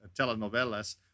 telenovelas